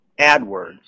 AdWords